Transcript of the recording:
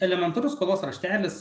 elementarus skolos raštelis